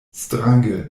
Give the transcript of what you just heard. strange